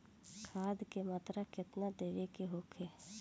खाध के मात्रा केतना देवे के होखे?